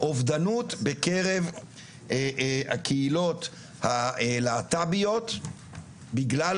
אובדנות בקרב הקהילות הלהט"ביות בגלל